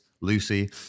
Lucy